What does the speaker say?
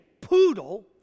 poodle